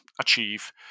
achieve